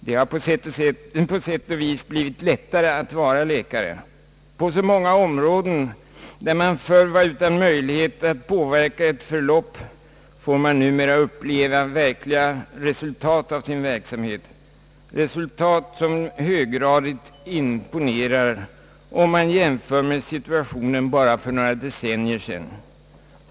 Det har på sätt och vis blivit lättare att vara läkare. På så många områden, där man förr var utan möjlighet att påverka ett förlopp, får man numera uppleva avgörande resultat av sin behandling — resultat som höggradigt imponerar, om vi jämför med situationen bara för några decennier sedan.